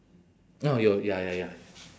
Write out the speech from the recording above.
orh your ya ya ya